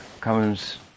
comes